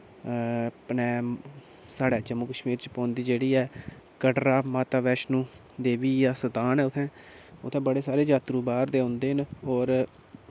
अपने साढ़े जम्मू कश्मीर बिच्च पौंदी जेह्ड़ी ऐ कटरा माता वैश्णो देवी दा स्थान ऐ उत्थैं उत्थैं बड़े सारे यात्रु बाह्र दे औंदे न और